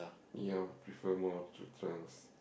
ya I prefer more to trance